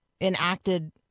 enacted